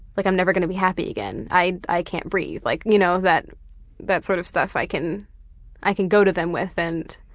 like i'm never gonna be happy again. i i can't breathe. like you know, that that sort of stuff i can i can go to them with and